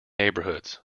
neighbourhoods